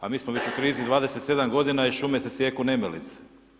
A mi smo već u krizi 27 godina i šume se sijeku nemilice.